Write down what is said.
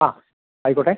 ആ ആയിക്കോട്ടെ